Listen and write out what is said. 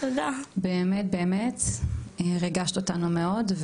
באמת באמת ריגשת אותנו מאוד,